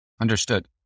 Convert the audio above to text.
Understood